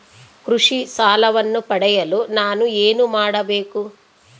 ಕೃಷಿ ಸಾಲವನ್ನು ಪಡೆಯಲು ನಾನು ಏನು ಮಾಡಬೇಕು?